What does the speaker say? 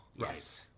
yes